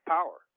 Power